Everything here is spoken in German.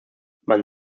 man